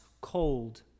cold